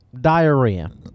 Diarrhea